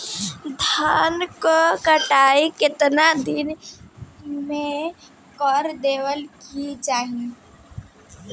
धान क कटाई केतना दिन में कर देवें कि चाही?